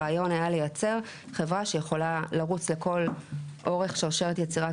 הרעיון היה לייצר חברה שיכולה לרוץ לכל אורך יצירת שרשרת